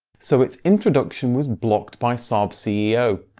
so its introduction was blocked by saab's ceo.